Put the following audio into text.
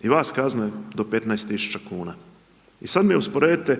i vas kazne do 15 tisuća kuna. I sad mi usporedite,